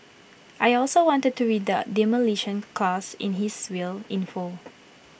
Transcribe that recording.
I also wanted to read out Demolition Clause in his will in full